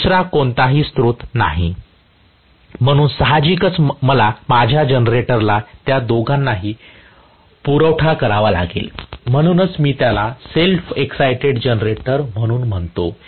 दुसरा कोणताही स्रोत नाही म्हणून साहजिकच माझ्या जनरेटरला त्या दोघांनाही पुरवठा करावा लागला आहे म्हणूनच मी त्याला एक सेल्फ एक्साईटेड जनरेटर म्हणून म्हणतो